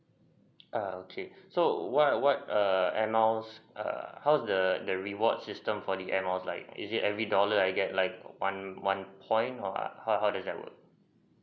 err okay so what what err air miles err how's the the reward system for the air miles like is it every dollar I get like one one point or how how does that work